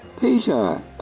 Peter